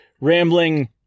rambling